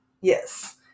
Yes